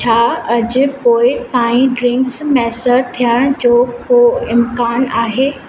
छा अॼु पोइ ताईं ड्रिंक्स मुयसरु थियण जो को इम्कानु आहे